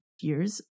years